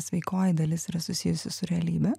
sveikoji dalis yra susijusi su realybe